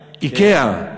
"איקאה".